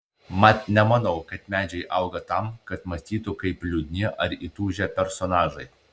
mat nemanau kad medžiai auga tam kad mąstytų kaip liūdni ar įtūžę personažai